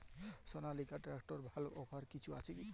সনালিকা ট্রাক্টরে ভালো অফার কিছু আছে কি?